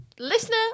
Listener